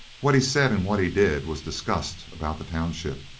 what he said and what he did was discussed about the township,